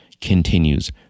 continues